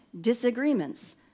disagreements